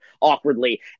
awkwardly